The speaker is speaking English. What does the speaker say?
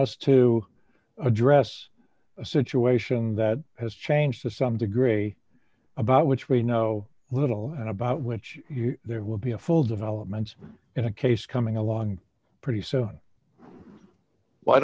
us to address a situation that has changed to some degree about which we know little about which there will be a full development in a case coming along pretty soon well i